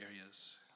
areas